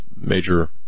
major